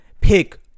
pick